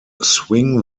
swing